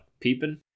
Peeping